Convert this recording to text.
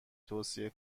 توصیه